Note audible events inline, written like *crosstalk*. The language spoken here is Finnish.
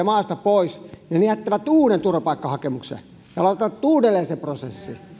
*unintelligible* maasta pois ja he jättävät uuden turvapaikkahakemuksen ja aloittavat uudelleen sen prosessin